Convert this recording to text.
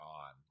on